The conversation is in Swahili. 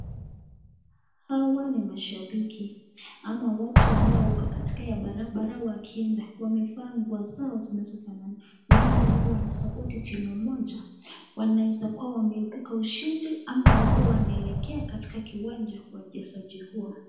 Hawa ni mashabiki ama watu ambao wako katikati ya barabara wakienda, wamevaa nguo zao zinazofanana huenda wao wanasapoti timu moja, wanaweza kuwa wameibuka ushindi ama wako wanaelekea katika kiwanja wachezaji huwa.